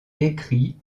écrit